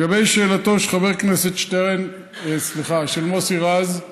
לגבי שאלתו של חבר הכנסת מוסי רז,